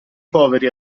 poveri